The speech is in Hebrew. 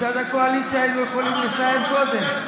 מצד הקואליציה היינו יכולים לסיים קודם.